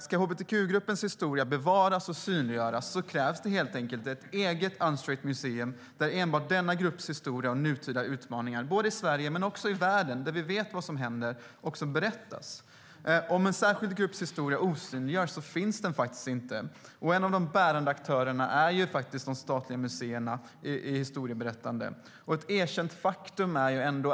Ska hbtq-gruppens historia bevaras och synliggöras krävs det helt enkelt ett eget Unstraight Museum där enbart denna grupps historia och nutida utmaningar i Sverige men också i världen, där vi vet vad som händer, berättas. Om en särskild grupps historia osynliggörs finns den inte. Några av de bärande aktörerna i historieberättande är de statliga museerna.